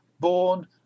Born